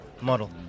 model